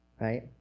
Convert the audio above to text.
right